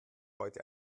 heute